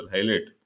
Highlight